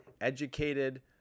educated